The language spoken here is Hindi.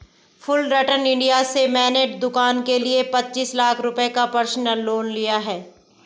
फुलरटन इंडिया से मैंने दूकान के लिए पचीस लाख रुपये का पर्सनल लोन लिया है